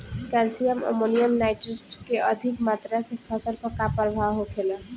Calcium ammonium nitrate के अधिक मात्रा से फसल पर का प्रभाव होखेला?